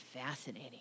fascinating